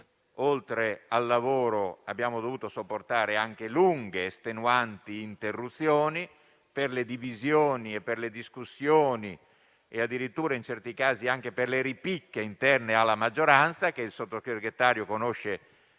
oltre al lavoro, abbiamo dovuto sopportare anche lunghe ed estenuanti interruzioni per le divisioni, le discussioni e, addirittura in certi casi, anche per le ripicche interne alla maggioranza, che il Sottosegretario conosce come